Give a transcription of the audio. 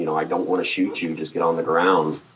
you know i don't want to shoot you. just get on the ground.